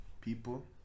people